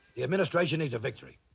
the administration needs a victory.